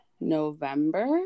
November